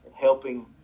helping